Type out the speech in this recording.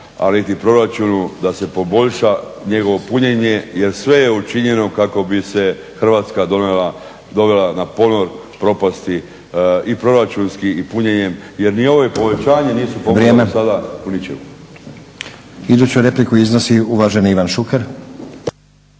a niti proračunu da se poboljša njegovo punjenje jer sve je učinjeno kako bi se Hrvatska dovela na ponor propasti i proračunski i punjenjem. Jer ni ovim povećanjem nisu …/Upadica Stazić: Vrijeme./… pomogla do sada u